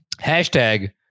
Hashtag